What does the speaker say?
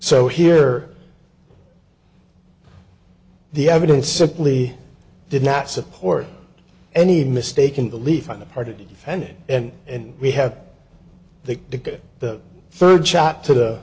so here the evidence simply did not support any mistaken belief on the part of the defendant and and we have the ticket the third shot to